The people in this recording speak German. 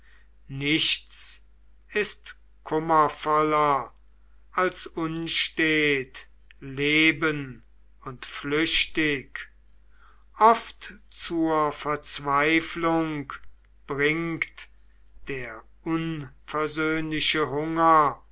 nichts ist kummervoller als unstet leben und flüchtig oft zur verzweifelung bringt der unversöhnliche hunger